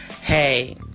Hey